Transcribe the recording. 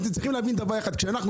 אתם צריכים להבין דבר אחד: כשאנחנו,